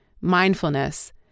mindfulness